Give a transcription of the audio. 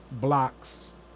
blocks